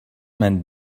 man